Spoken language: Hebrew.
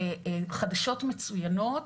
זה חדשות מצויינות.